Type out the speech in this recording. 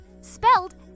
spelled